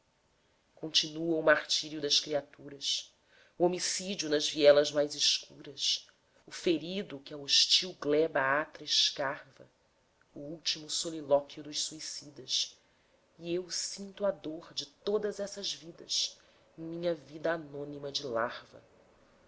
continua o martírio das criaturas o homicídio nas vielas mais escuras o ferido que a hostil gleba atra escarva o último solilóquio dos suicidas e eu sinto a dor de todas essas vidas em minha vida anônima de larva